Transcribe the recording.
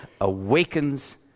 awakens